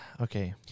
okay